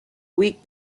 week